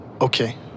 Okay